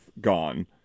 gone